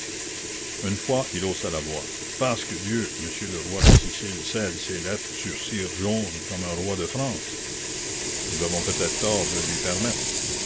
une fois il haussa la voix pasque dieu monsieur le roi de sicile scelle ses lettres sur cire jaune comme un roi de france nous avons peut-être tort de le lui permettre